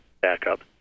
backup